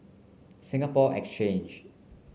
Singapore Exchange